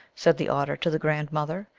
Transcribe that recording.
said the ot ter to the grandmother,